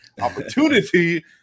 opportunity